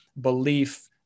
belief